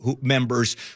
members